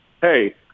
hey